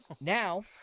now